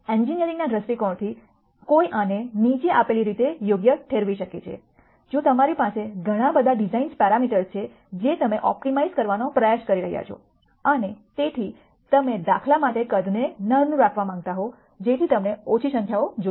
એન્જિનિયરિંગના દૃષ્ટિકોણથી કોઈ આને નીચે આપેલી રીતે યોગ્ય ઠેરવી શકે છે જો તમારી પાસે ઘણા બધા ડિઝાઇન પેરામીટર્સ છે જે તમે ઓપ્ટિમાઇઝ કરવાનો પ્રયાસ કરી રહ્યાં છો અને તેથી તમે દાખલા માટે કદને નાનું રાખવા માંગતા હો જેથી તમને ઓછી સંખ્યાઓ જોઈએ